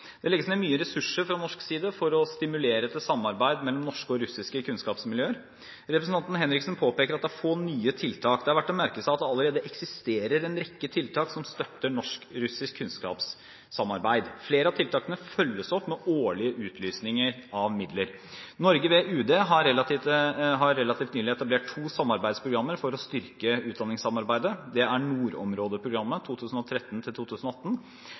Det legges ned mye ressurser fra norsk side for å stimulere til samarbeid mellom norske og russiske kunnskapsmiljøer. Representanten Henriksen påpeker at det er få nye tiltak. Det er verdt å merke seg at det allerede eksisterer en rekke tiltak som støtter norsk–russisk kunnskapssamarbeid. Flere av tiltakene følges opp med årlige utlysninger av midler. Norge, ved UD, har relativt nylig etablert to samarbeidsprogrammer for å styrke utdanningssamarbeidet. Det ene er nordområdeprogrammet for 2013–2018, som skal bidra til